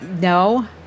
No